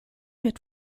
mit